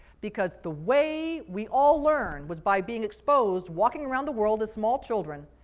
because the way we all learn was by being exposed, walking around the world as small children,